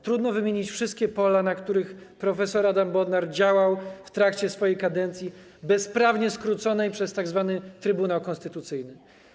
Trudno wymienić wszystkie pola, na których prof. Adam Bodnar działał w trakcie swojej kadencji, bezprawnie skróconej przez tzw. Trybunał Konstytucyjny.